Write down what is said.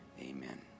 amen